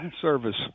service